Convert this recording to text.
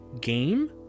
game